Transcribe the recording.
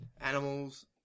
Animals